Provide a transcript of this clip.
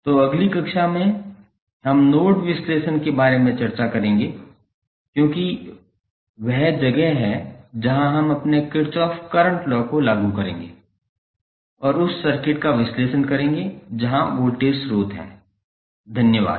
तो अगली कक्षा में हम नोड विश्लेषण के बारे में चर्चा करेंगे क्योंकि वह जगह है जहाँ हम अपने किरचॉफ करंट लॉ को लागू करेंगे और उस सर्किट का विश्लेषण करेंगे जहाँ वोल्टेज स्रोत हैं धन्यवाद